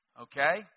okay